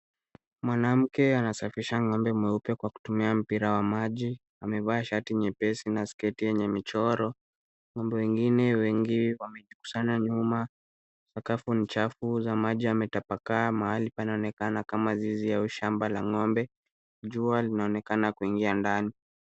Mwanamke anasafisha ng'ombe mweupe kwa kutumia mpira wa maji. Amevaa shati nyepesi na sketi yenye michoro. Ng'ombe wengine wengi wamejikusanya nyuma, sakafu ni chafu, samadi yametapakaa mahali panaonekana kama zizi au shamba la ngo'mbe. Jua linaonekana kuingia ndani.